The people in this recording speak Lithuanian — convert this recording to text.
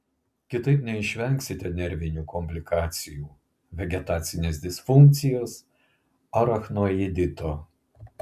kitaip neišvengsite nervinių komplikacijų vegetacinės disfunkcijos arachnoidito